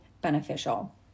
beneficial